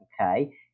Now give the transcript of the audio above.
okay